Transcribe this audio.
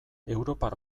europar